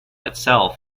itself